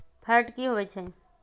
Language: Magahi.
फैट की होवछै?